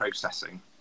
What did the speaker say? processing